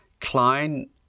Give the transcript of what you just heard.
Klein